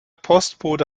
postbote